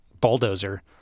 bulldozer